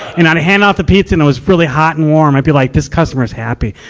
and i'd hand off the pizza, and it was really hot and warm. i'd be like, this customer's happy.